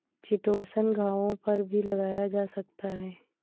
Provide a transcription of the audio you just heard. chitosan घावों पर भी लगाया जा सकता है